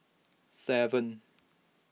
seven